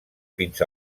fins